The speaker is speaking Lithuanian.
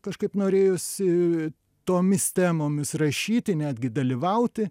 kažkaip norėjosi tomis temomis rašyti netgi dalyvauti